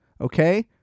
okay